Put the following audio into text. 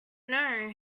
know